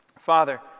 Father